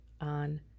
on